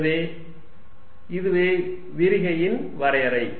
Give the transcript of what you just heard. எனவே இதுவே விரிகையின் வரையறை